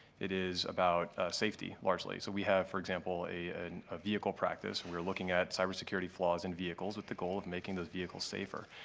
it is about safety largely. so we have, for example, a and ah vehicle practice and we're looking at cybersecurity flaws in vehicles with the goal of making those vehicles safer.